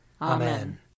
Amen